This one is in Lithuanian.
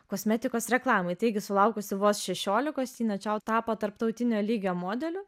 kosmetikos reklamai taigi sulaukusi vos šešiolikos tina čiau tapo tarptautinio lygio modeliu